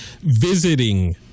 visiting